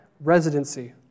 residency